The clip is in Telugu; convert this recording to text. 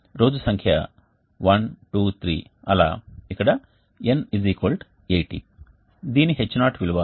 రోజు సంఖ్య 1 2 3 అలా ఇక్కడ N 80 దీని H0 విలువ 10